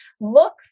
look